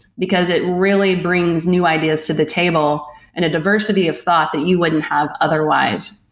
because it really brings new ideas to the table in a diversity of thought that you wouldn't have otherwise.